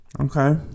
Okay